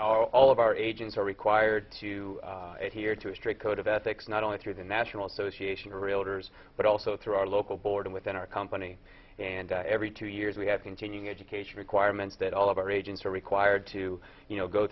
all of our agents are required to here to a strict code of ethics not only through the national association of realtors but also through our local board within our company and every two years we have continuing education requirements that all of our agents are required to go